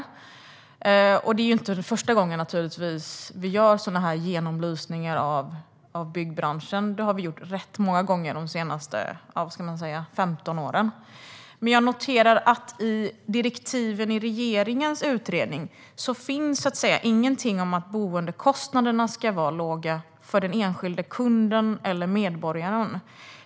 Det är naturligtvis inte första gången det sker en genomlysning av byggbranschen; det har gjorts rätt många gånger de senaste 15 åren. Men jag noterar att i regeringens direktiv till utredningen finns ingenting om att boendekostnaderna ska vara låga för den enskilde kunden eller medborgaren.